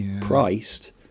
priced